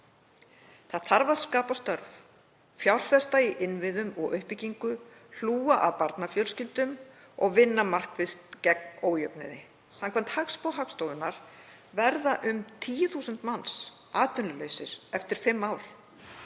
Það þarf að skapa störf, fjárfesta í innviðum og uppbyggingu, hlúa að barnafjölskyldum og vinna markvisst gegn ójöfnuði. Samkvæmt hagspá Hagstofunnar verða um 10.000 manns atvinnulausir eftir fimm